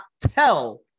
tell